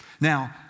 Now